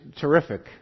terrific